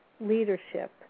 leadership